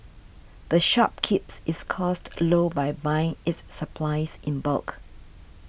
the shop keeps its costs low by buying its supplies in bulk